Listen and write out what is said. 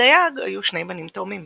לדייג היו שני בנים תאומים